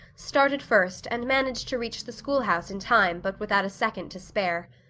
started first and managed to reach the schoolhouse in time but without a second to spare.